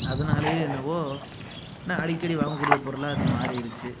அதனாலயே என்னவோ நான் அடிக்கடி வாங்கக்கூடிய பொருளாக அது மாறிருச்சு